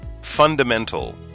Fundamental